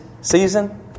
season